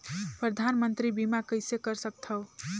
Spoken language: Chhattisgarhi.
परधानमंतरी बीमा कइसे कर सकथव?